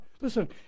Listen